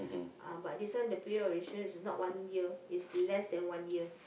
ah but this one the period of insurance is not one year it's less than one year